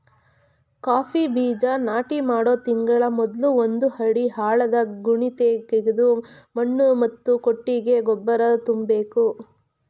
coffee ಬೀಜ ನಾಟಿ ಮಾಡೋ ತಿಂಗಳ ಮೊದ್ಲು ಒಂದು ಅಡಿ ಆಳದ ಗುಣಿತೆಗೆದು ಮಣ್ಣು ಮತ್ತು ಕೊಟ್ಟಿಗೆ ಗೊಬ್ಬರ ತುಂಬ್ಬೇಕು